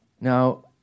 Now